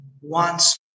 wants